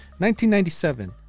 1997